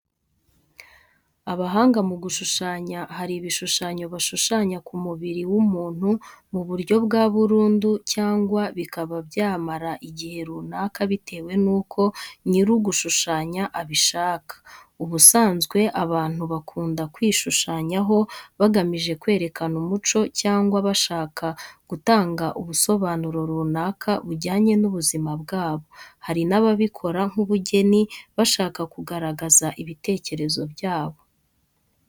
Abahanga mu gushushanya hari ibishushanyo bashushanya ku mubiri w'umuntu mu buryo bwa burundi cyangwa bikaba byamara igihe runaka bitewe nuko nyirugushushanywaho abishaka. Ubusanzwe abantu bakunda kwishushanyaho bagamije kwerekana umuco cyangwa bashaka gutanga ubusobanuro runaka bujyanye n'ubuzima bwabo. Hari n'ababikora nk'ubugeni bashaka kugaragaza ibitekerezo byabo.